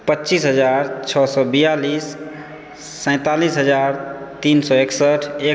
पच्चीस हजार छओ सए बियालिस सैंतालीस हजार तीन सए एकसठि एक